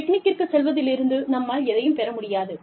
பிக்னிக்கிற்கு செல்வதிலிருந்து நம்மால் எதையும் பெற முடியாது